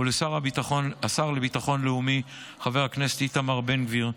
לשר לביטחון לאומי חבר הכנסת איתמר בן גביר,